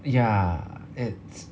ya it's